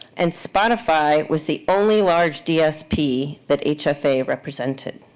and spotify was the only large dsp that hfa represented.